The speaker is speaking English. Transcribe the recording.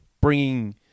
bringing